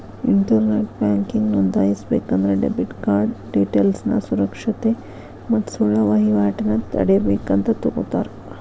internet banking ನೋಂದಾಯಿಸಬೇಕಂದ್ರ debit card ಡೇಟೇಲ್ಸ್ನ ಸುರಕ್ಷತೆ ಮತ್ತ ಸುಳ್ಳ ವಹಿವಾಟನ ತಡೇಬೇಕಂತ ತೊಗೋತರ